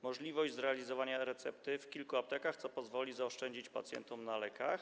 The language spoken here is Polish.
Możliwość zrealizowania recepty w kilku aptekach pozwoli zaoszczędzić pacjentom na lekach.